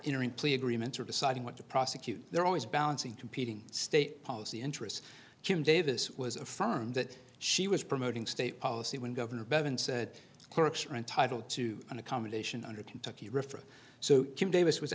entering plea agreements or deciding what to prosecute they're always balancing competing state policy interests jim davis was a firm that she was promoting state policy when governor bevan said clerics are entitled to an accommodation under kentucky refrig so jim davis was